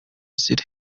ziri